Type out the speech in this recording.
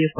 F